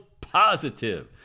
positive